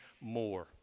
more